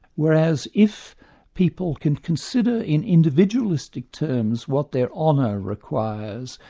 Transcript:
whereas if people can consider in individualistic terms what their honour requires,